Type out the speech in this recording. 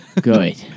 Good